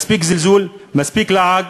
מספיק זלזול, מספיק לעג